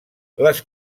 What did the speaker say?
les